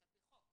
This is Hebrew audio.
זה על פי חוק,